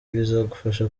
bizagufasha